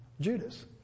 Judas